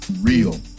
Real